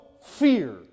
Fear